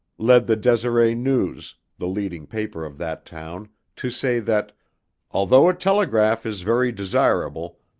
led the deseret news, the leading paper of that town to say that although a telegraph is very desirable,